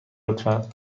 لطفا